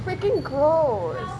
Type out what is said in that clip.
freaking gross